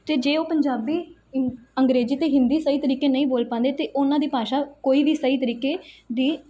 ਅਤੇ ਜੇ ਉਹ ਪੰਜਾਬੀ ਇੰਗ ਅੰਗਰੇਜ਼ੀ ਅਤੇ ਹਿੰਦੀ ਸਹੀ ਤਰੀਕੇ ਨਹੀਂ ਬੋਲ ਪਾਉਂਦੇ ਤਾਂ ਉਹਨਾਂ ਦੀ ਭਾਸ਼ਾ ਕੋਈ ਵੀ ਸਹੀ ਤਰੀਕੇ ਦੀ